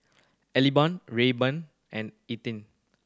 Eliban Rayburn and Ethie